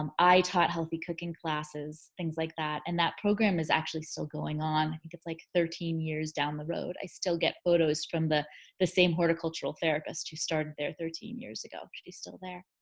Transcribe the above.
um i taught healthy cooking classes, things like that. and that program is actually still going on. think it's like thirteen years down the road. i still get photos from the the same horticultural therapist who started there thirteen years ago, she's still there.